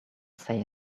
say